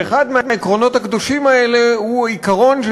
ואחד מהעקרונות הקדושים האלה הוא עיקרון של